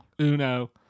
Uno